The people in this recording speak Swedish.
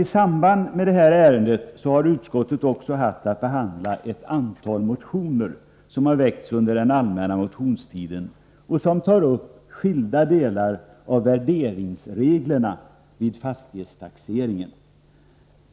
I samband med detta ärende har utskottet också haft att behandla ett antal motioner som väckts under den allmänna motionstiden och som tar upp skilda delar av värderingsreglerna vid fastighetstaxeringen.